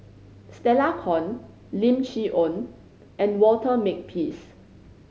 Stella Kon Lim Chee Onn and Walter Makepeace